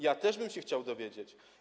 Ja też bym się chciał dowiedzieć.